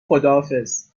خداحافظ